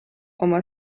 oma